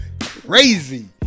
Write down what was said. Crazy